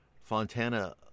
fontana